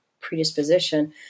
predisposition